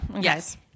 Yes